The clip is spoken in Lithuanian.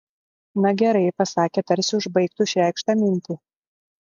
na gerai pasakė tarsi užbaigtų išreikštą mintį